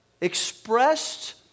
expressed